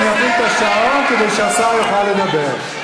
אני אפעיל את השעון כדי שהשר יוכל לדבר.